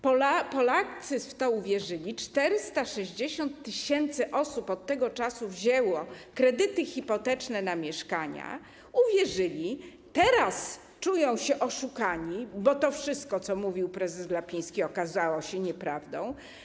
Polacy w to uwierzyli - 460 tys. osób od tego czasu wzięło kredyty hipoteczne na mieszkania Uwierzyli, a teraz czują się oszukani, bo to wszystko, co mówił prezes Glapiński, okazało się nieprawdą.